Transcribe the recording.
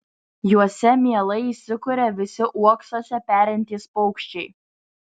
juose mielai įsikuria visi uoksuose perintys paukščiai